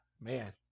man